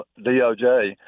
DOJ